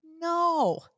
No